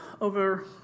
over